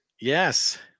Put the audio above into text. Yes